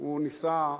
הוא ניסה,